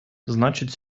значить